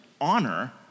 honor